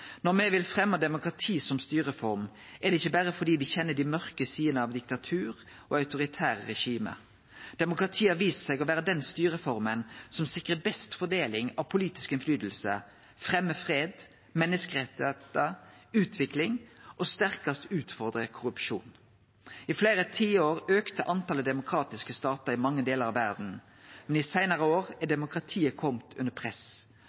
Når me vil fremje demokrati som styreform, er det ikkje berre fordi me kjenner dei mørke sidene av diktatur og autoritære regime. Demokratiet har vist seg å vere den styreforma som sikrar best fordeling av politisk medråderett, fremjar fred, menneskerettar, utvikling og sterkast utfordrar korrupsjon. I fleire tiår auka talet på demokratiske statar i mange delar av verda, men i seinare år er demokratiet kome under press.